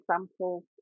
examples